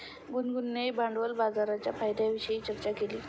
गुनगुनने भांडवल बाजाराच्या फायद्यांविषयी चर्चा केली